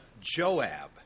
Joab